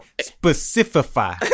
specify